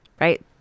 right